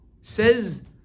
Says